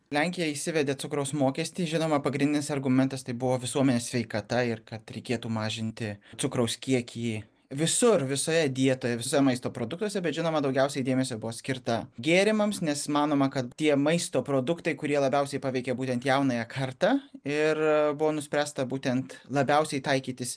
lenkija įsivedė cukraus mokestį žinoma pagrindinis argumentas tai buvo visuomenės sveikata ir kad reikėtų mažinti cukraus kiekį visur visoje dietoje visam maisto produktuose bet žinoma daugiausiai dėmesio buvo skirta gėrimams nes manoma kad tie maisto produktai kurie labiausiai paveikė būtent jaunąją kartą ir buvo nuspręsta būtent labiausiai taikytis